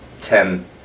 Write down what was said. ten